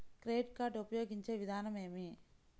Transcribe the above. Credit card ఉపయోగించే విధానం ఏమి?